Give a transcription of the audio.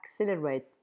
accelerate